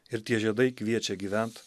ir tie žiedai kviečia gyvent